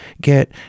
get